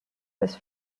was